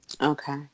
Okay